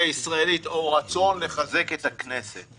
הישראלית או רצון לחזק את הכנסת,